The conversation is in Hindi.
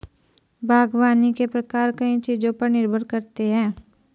बागवानी के प्रकार कई चीजों पर निर्भर करते है